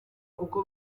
uko